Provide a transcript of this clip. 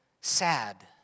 sad